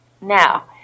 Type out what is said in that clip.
Now